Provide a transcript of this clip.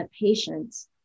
patients